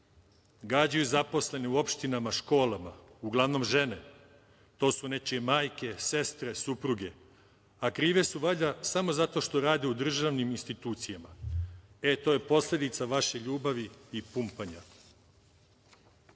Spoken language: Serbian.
Gađaju zaposlene u opštinama, školama, uglavnom žene. To su nečije majke, sestre, supruge, a krive su valjda samo zato što rade u državnim institucijama. E, to je posledica vaše ljubavi i pumpanja. Čemu